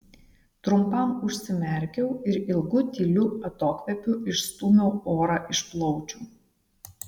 trumpam užsimerkiau ir ilgu tyliu atokvėpiu išstūmiau orą iš plaučių